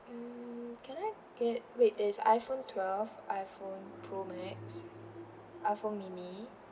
um can I get wait there is iphone twelve iphone pro max iphone mini